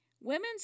women's